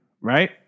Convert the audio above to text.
right